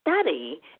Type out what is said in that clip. study